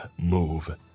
Move